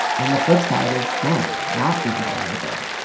and the flip side is men, not being vulnerable.